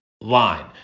line